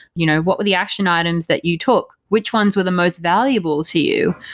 you know what were the action items that you took? which ones were the most valuable to you?